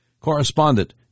Correspondent